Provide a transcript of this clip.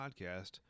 podcast